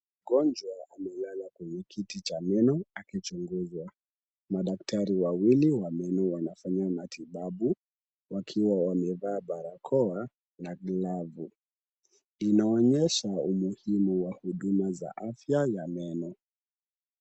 Mgonjwa amelala kwenye kiti cha meno akichunguzwa. Madaktari wawili wa meno wanafanya matibabu wakiwa wamevaa barakoa na glavu. Inaonyesha umuhimu wa huduma za afya ya meno.